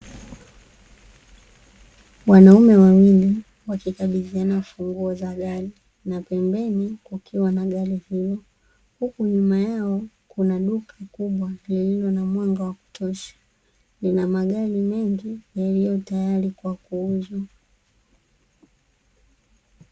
Wanaume wawili wakikabidhiana funguo za gari, na pembeni kukiwa na gari pia. Huku nyuma yao kuna duka kubwa lililo na mwanga wa kutosha, lina magari mengi yaliyotayari kwa kuuzwa.